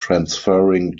transferring